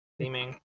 theming